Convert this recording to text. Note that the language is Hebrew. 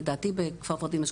לדעתי בכפר ורדים יש